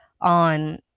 on